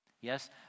Yes